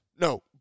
No